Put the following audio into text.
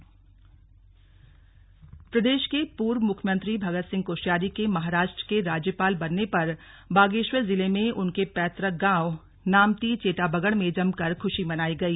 खुशी मनाई प्रदेश के पूर्व मुख्यमंत्री भगत सिंह कोश्यारी के महाराष्ट्र के राज्यपाल बनने पर बागेश्वर जिले में उनके पैतुक गांव नामती चेटाबगड़ में जमकर खुशी मनाई गई